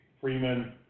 Freeman